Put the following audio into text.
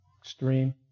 extreme